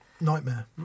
Nightmare